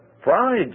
Pride